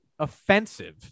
offensive